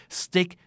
stick